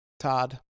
Todd